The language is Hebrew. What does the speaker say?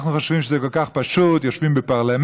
אנחנו חושבים שזה כל כך פשוט: יושבים בפרלמנט,